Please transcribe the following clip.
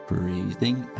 Breathing